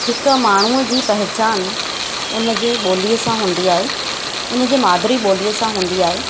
हिक माण्हूअ जी पहिचान उनजे ॿोलीअ सां हूंदी आहे उनजे मादिरी ॿोलीअ सां हूंदी आहे